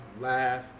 laugh